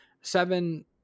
Seven